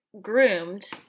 Groomed